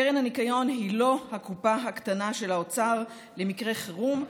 קרן הניקיון היא לא הקופה הקטנה של האוצר למקרה חירום,